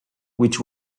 which